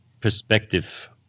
perspective